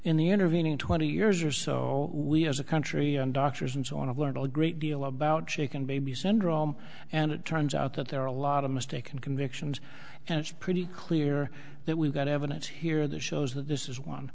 in the intervening twenty years or so we as a country doctors and so on have learned a great deal about shaken baby syndrome and it turns out that there are a lot of mistaken convictions and it's pretty clear that we've got evidence here that shows that this is one